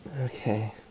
Okay